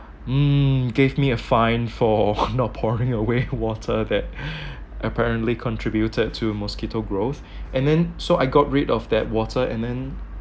mm gave me a fine for not pouring away water that apparently contributed to mosquito growth and then so I got rid of that water and then